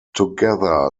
together